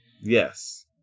Yes